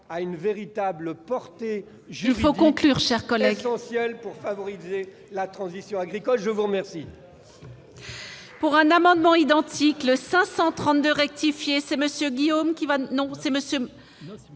a une véritable portée juridique, essentielle pour favoriser la transition agricole. La parole